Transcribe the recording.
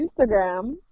Instagram